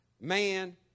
man